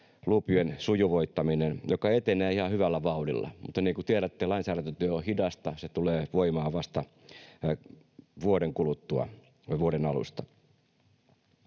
lupien sujuvoittaminen, joka etenee ihan hyvällä vauhdilla. Mutta niin kuin tiedätte, lainsäädäntötyö on hidasta, se tulee voimaan vasta vuoden kuluttua,